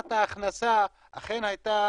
ברמת ההכנסה אכן הייתה